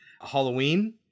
Halloween